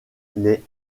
les